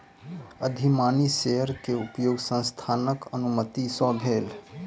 अधिमानी शेयर के उपयोग संस्थानक अनुमति सॅ भेल